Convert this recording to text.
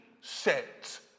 set